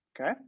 Okay